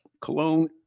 Cologne